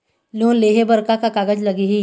Loan लेहे बर का का कागज लगही?